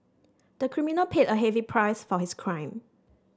the criminal paid a heavy price for his crime